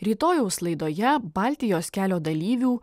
rytojaus laidoje baltijos kelio dalyvių